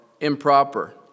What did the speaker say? improper